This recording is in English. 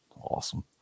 Awesome